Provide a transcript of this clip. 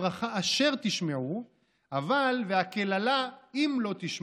"את הברכה אשר תשמעו", אבל "והקללה אם לא תשמעו".